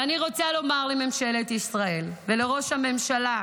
ואני רוצה לומר לממשלת ישראל ולראש הממשלה: